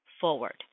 forward